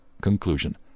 conclusion